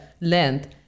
length